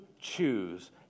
choose